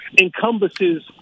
encompasses